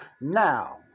Now